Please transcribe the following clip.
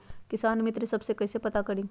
किसान मित्र ई सब मे कईसे पता करी?